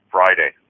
Friday